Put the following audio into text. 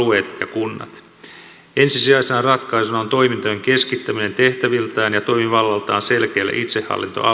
ensisijaisena ratkaisuna on toimintojen keskittäminen tehtäviltään ja toimivallaltaan selkeille itsehallintoalueille